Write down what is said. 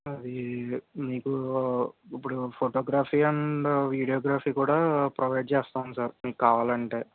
అది మీకు ఇప్పుడు ఫొటోగ్రఫీ అండ్ వీడియోగ్రఫీ కూడా ప్రొవైడ్ చేస్తాం సార్ మీకు కావాలంటే